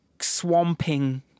swamping